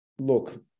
Look